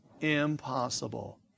Impossible